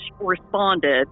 responded